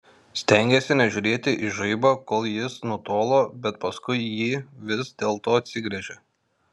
stengėsi nežiūrėti į žaibą kol jis nutolo bet paskui jį vis dėlto atsigręžė